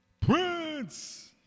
Prince